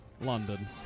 London